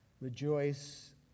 rejoice